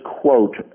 quote